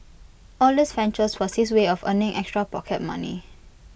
all these ventures was his way of earning extra pocket money